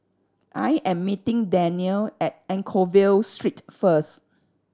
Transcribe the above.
I am meeting Danniel at Anchorvale Street first